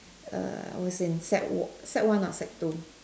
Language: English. err I was in sec one sec one lah or sec two